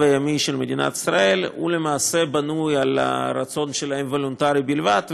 הימי של מדינת ישראל למעשה בנויות על הרצון הוולונטרי שלהן בלבד,